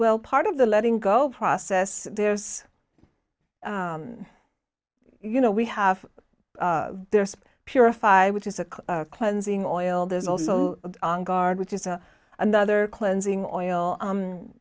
well part of the letting go process there's you know we have there's purified which is a cleansing oil there's also a guard which is another cleansing oil